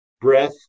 Breath